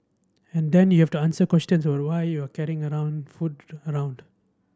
and then you have to answer questions about why you carrying around food around